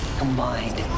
combined